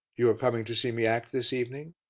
you are coming to see me act this evening?